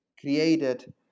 created